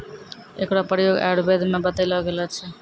एकरो प्रयोग आयुर्वेद म बतैलो गेलो छै